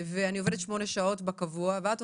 היום שמונה שעות בקבוע לרגע אני שמה